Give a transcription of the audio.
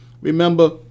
Remember